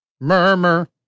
Murmur